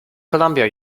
columbia